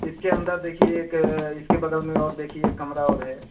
इसके अंदर देखिए एक इसके बगल में और देखिए कमरा और है